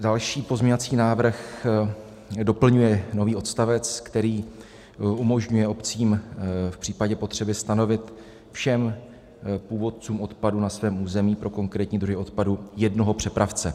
Další pozměňovací návrh doplňuje nový odstavec, který umožňuje obcím v případě potřeby stanovit všem původcům odpadu na svém území pro konkrétní druhy odpadu jednoho přepravce.